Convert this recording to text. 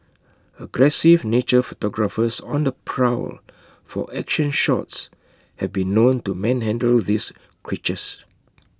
aggressive nature photographers on the prowl for action shots have been known to manhandle these creatures